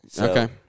Okay